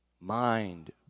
Mind